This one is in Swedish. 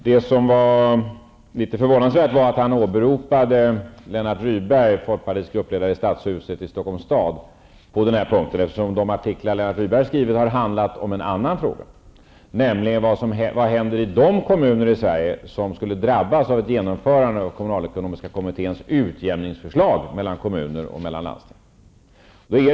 Det som var litet förvånansvärt var att Jan Andersson åberopade Lennart Rydberg, folkpartiets gruppledare i stadshuset i Stockholms stad, på denna punkt, eftersom de artiklar som Lennart Rydberg har skrivit har handlat om en annan fråga, nämligen vad som händer i de kommuner i Sverige som skulle drabbas av ett genomförande av kommunalekonomiska kommitténs utjämningsförslag, som gäller mellan kommuner och landsting.